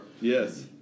Yes